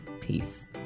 peace